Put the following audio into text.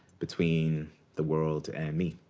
between the world and me.